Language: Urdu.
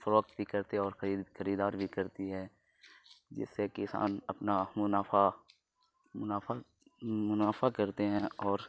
فروخت بھی کرتے ہے اور خرید خریدار بھی کرتی ہے جس سے کسان اپنا منافع منافع منافع کرتے ہیں اور